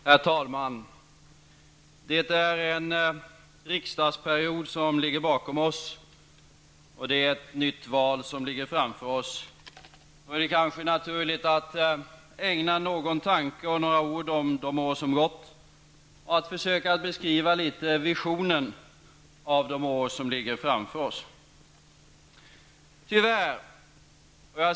Herr talman! Det ligger en riksdagsperiod bakom oss och ett nytt val framför oss. Då är det kanske naturligt att ägna någon tanke och några ord åt de år som har gått, och att något försöka beskriva visionen inför de år som ligger framför oss.